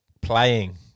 playing